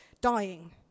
dying